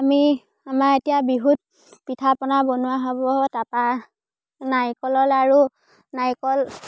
আমি আমাৰ এতিয়া বিহুত পিঠা পনা বনোৱা হ'ব তাৰপৰা নাৰিকলৰ লাড়ু নাৰিকল